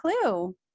clue